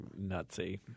nutsy